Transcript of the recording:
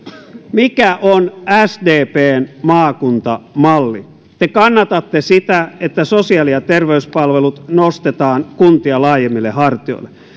mikä on sdpn maakuntamalli te kannatatte sitä että sosiaali ja terveyspalvelut nostetaan kuntia laajemmille hartioille